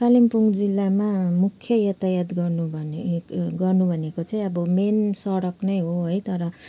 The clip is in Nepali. कालिम्पोङ जिल्लामा मुख्य यातायात गर्नु भने गर्नु भनेको चाहिँ अब मेन सडक नै हो है तर